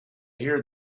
hear